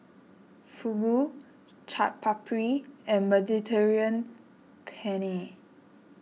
Fugu Chaat Papri and Mediterranean Penne